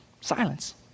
Silence